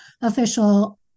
official